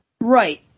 Right